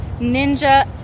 ninja